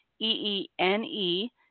E-E-N-E